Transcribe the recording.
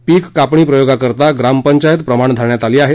पिक कापणी प्रयोगाकरता ग्रामपंचायत प्रमाण धरण्यात आली आहे